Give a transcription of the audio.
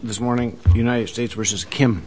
this morning united states versus kim